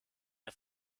der